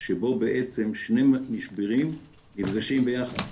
שבו בעצם שני משברים נפגשים ביחד,